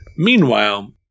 Meanwhile